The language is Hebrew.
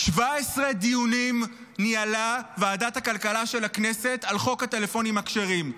17 דיונים ניהלה ועדת הכלכלה של הכנסת על חוק הטלפונים הכשרים,